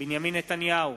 בנימין נתניהו,